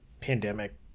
pandemic